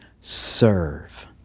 serve